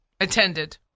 Attended